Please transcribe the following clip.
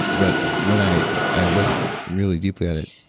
but when i i look really deeply at it,